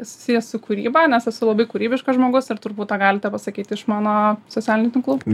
susiję su kūryba nes esu labai kūrybiškas žmogus ir turbūt tą galite pasakyt iš mano socialinių tinklų